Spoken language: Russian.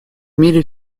мире